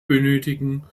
benötigen